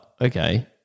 okay